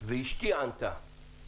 ואשתי ענתה